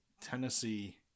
Tennessee